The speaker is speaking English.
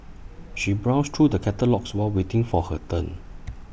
she browsed through the catalogues while waiting for her turn